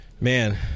man